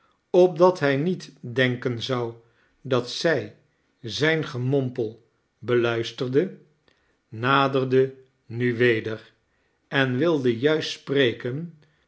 opdat hij niet denken zou dat zij zijn gemompel beluisterde naderde nu weder en wilde juist spreken